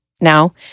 Now